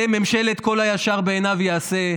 אתם ממשלת "כל הישר בעיניו יעשה".